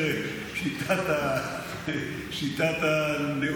הרופא אמר שאימא שלך עוברת לגור